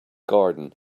garden